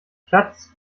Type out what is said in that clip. schatz